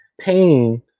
Pain